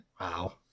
Wow